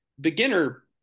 beginner